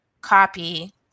copy